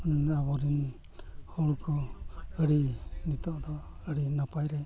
ᱟᱵᱚᱨᱮᱱ ᱦᱚᱲ ᱠᱚ ᱟᱹᱰᱤ ᱱᱤᱛᱚᱜ ᱫᱚ ᱟᱹᱰᱤ ᱱᱟᱯᱟᱭ ᱨᱮ